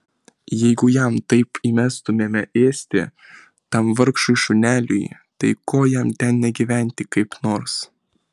jeigu jam taip įmestumėme ėsti tam vargšui šuneliui tai ko jam ten negyventi kaip nors